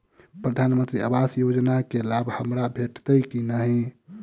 प्रधानमंत्री आवास योजना केँ लाभ हमरा भेटतय की नहि?